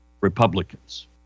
Republicans